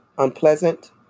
Unpleasant